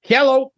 Hello